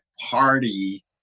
Party